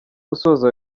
gusoza